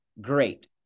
great